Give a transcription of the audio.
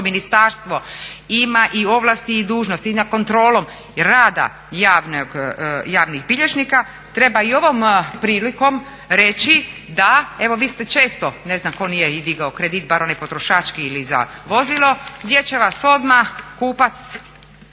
ministarstvo ima i ovlasti i dužnosti i nad kontrolom i rada javnih bilježnika treba i ovom prilikom reći da, evo vi ste često, ne znam ko nije i digao kredit, bar onaj potrošački ili za vozilo, gdje će vas odmah kupac,